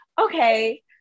okay